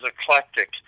eclectic